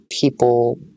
people